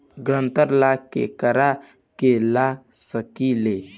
ग्रांतर ला केकरा के ला सकी ले?